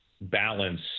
balance